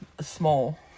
small